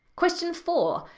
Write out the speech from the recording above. question four,